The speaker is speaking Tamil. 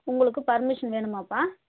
உங்களுக்கு பர்மிஷன் வேணுமாப்பா